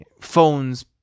phones